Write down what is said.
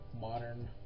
modern